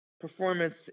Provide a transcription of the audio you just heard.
performance